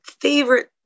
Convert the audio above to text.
favorite